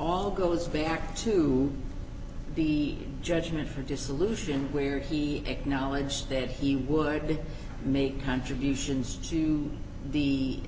all goes back to the judgment for dissolution where he acknowledged that he would make contributions to the